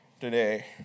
today